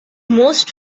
most